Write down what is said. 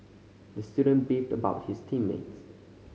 the student beefed about his team mates